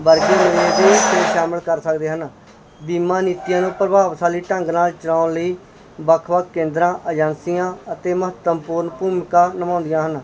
ਵਰਗੇ ਸ਼ਾਮਿਲ ਕਰ ਸਕਦੇ ਹਨ ਬੀਮਾ ਨੀਤੀਆਂ ਨੂੰ ਪ੍ਰਭਾਵਸ਼ਾਲੀ ਢੰਗ ਨਾਲ ਚਲਾਉਣ ਲਈ ਵੱਖ ਵੱਖ ਕੇਂਦਰਾਂ ਏਜੰਸੀਆਂ ਅਤੇ ਮਹੱਤਵਪੂਰਨ ਭੂਮਿਕਾ ਨਿਭਾਉਂਦੀਆਂ ਹਨ